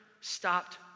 stopped